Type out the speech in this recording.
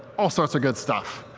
all sorts of good stuff.